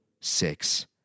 six